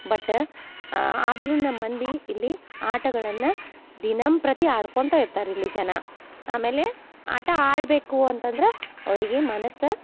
but ಆದರೂ ನಮ್ಮ ಮಂದಿ ಇಲ್ಲಿ ಆಟಗಳನ್ನು ದಿನಂಪ್ರತಿ ಆಡ್ಕೊಳ್ತ ಇರ್ತಾರೆ ಇಲ್ಲಿ ಜನ ಆಮೇಲೆ ಆಟ ಆಡಬೇಕು ಅಂತಂದ್ರೆ ಅವರಿಗೆ ಮನಸ್ಸು